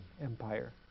Empire